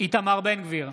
איתמר בן גביר,